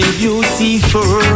beautiful